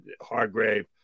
Hargrave